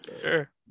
Sure